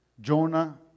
Jonah